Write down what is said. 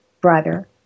brother